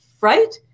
right